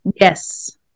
Yes